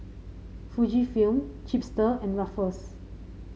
Fujifilm Chipster and Ruffles